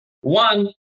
one